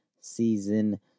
Season